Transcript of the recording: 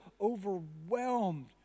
overwhelmed